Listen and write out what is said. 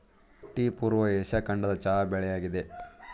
tea ಪೂರ್ವ Asia ಖಂಡದ ಚಹಾ ಬೆಳೆಯಾಗಿದೆ